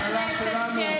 נלטף חתולים.